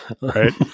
right